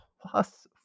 plus